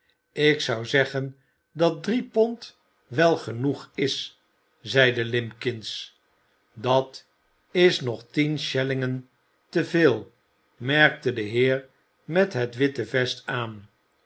ik zou zeggen dat drie pond wel genoeg is zeide limbkins dat is nog tien schellingen te veel merkte de heer met het witte vest aan